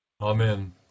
Amen